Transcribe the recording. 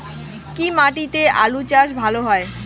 কি মাটিতে আলু চাষ ভালো হয়?